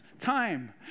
time